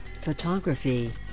photography